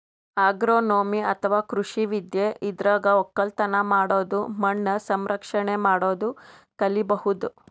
agronomy ಅಥವಾ ಕೃಷಿ ವಿದ್ಯೆ ಇದ್ರಾಗ್ ಒಕ್ಕಲತನ್ ಮಾಡದು ಮಣ್ಣ್ ಸಂರಕ್ಷಣೆ ಮಾಡದು ಕಲಿಬಹುದ್